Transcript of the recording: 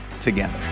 together